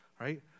right